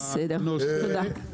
בסדר, תודה.